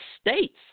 states